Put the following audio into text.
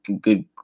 good